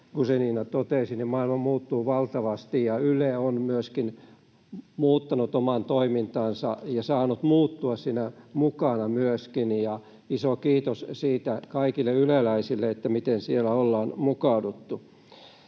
Guzenina totesi, niin maailma muuttuu valtavasti ja Yle on myöskin muuttanut omaa toimintaansa ja saanut muuttua siinä mukana, ja iso kiitos siitä kaikille yleläisille, miten siellä ollaan mukauduttu.